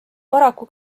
paraku